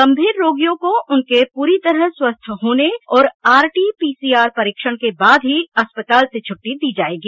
गंमीर रोगियों को उनके पूरी तरह स्वस्थ होने और आरटी पीसीआर परीक्षण के बाद ही अस्पताल से छुट्टी दी जाएगी